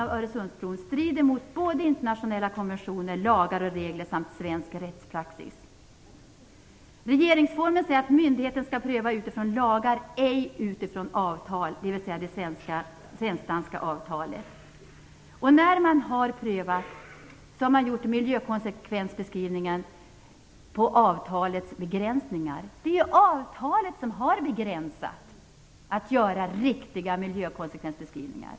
Öresundsbron strider mot internationella konventioner, lagar och regler samt svensk rättspraxis. Regeringsformen säger att myndigheten skall pröva utifrån lagar, ej utifrån avtal, dvs. det svensk-danska avtalet. När man har prövat har man gjort miljökonsekvensbeskrivningen utifrån avtalets begränsningar. Det är avtalet som har begränsat möjligheten att göra riktiga miljökonsekvensbeskrivningar.